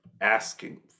asking